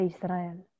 Israel